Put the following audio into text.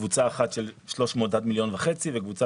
קבוצה אחת של 300 עד מיליון וחצי וקבוצה